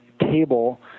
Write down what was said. table